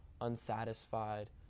unsatisfied